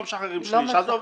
אין שליש.